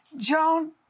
Joan